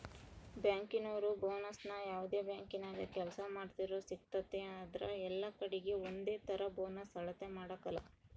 ಬ್ಯಾಂಕಿನೋರು ಬೋನಸ್ನ ಯಾವ್ದೇ ಬ್ಯಾಂಕಿನಾಗ ಕೆಲ್ಸ ಮಾಡ್ತಿದ್ರೂ ಸಿಗ್ತತೆ ಆದ್ರ ಎಲ್ಲಕಡೀಗೆ ಒಂದೇತರ ಬೋನಸ್ ಅಳತೆ ಮಾಡಕಲ